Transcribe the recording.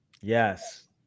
yes